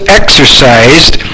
exercised